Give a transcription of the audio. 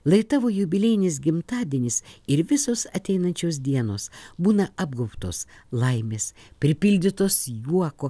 lai tavo jubiliejinis gimtadienis ir visos ateinančios dienos būna apgaubtos laimės pripildytos juoko